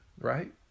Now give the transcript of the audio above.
right